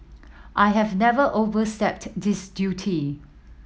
I have never overstepped this duty